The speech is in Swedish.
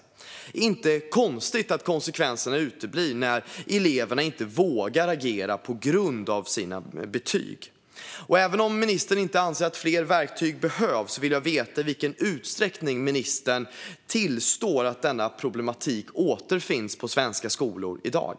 Det är inte konstigt att konsekvenserna uteblir när eleverna inte vågar agera på grund av sina betyg. Även om ministern inte anser att fler verktyg behövs vill jag veta i vilken utsträckning ministern tillstår att denna problematik återfinns på svenska skolor i dag.